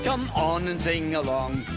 come on and sing along